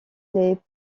les